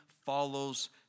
follows